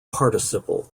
participle